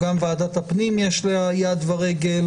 או גם ועדת הפנים יש לה יד ורגל.